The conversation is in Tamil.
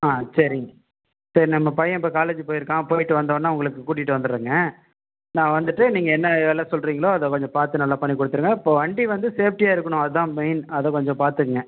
ஆ சரிங்க சரி நம்ம பையன் இப்போ காலேஜ் போயிருக்கான் போய்ட்டு வந்தோன்ன உங்களுக்கு கூட்டிகிட்டு வந்துடுறங்க நான் வந்துவிட்டு நீங்கள் என்ன வேலை சொல்றீங்களோ அத கொஞ்சம் பார்த்து நல்லா பண்ணி கொடுத்துருங்க இப்போ வண்டி வந்து சேஃப்டியாருக்கணும் அதான் மெயின் அதை கொஞ்சம் பார்த்துக்குங்க